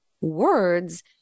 words